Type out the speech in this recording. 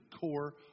core